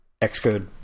xcode